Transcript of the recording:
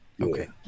Okay